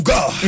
God